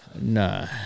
No